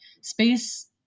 space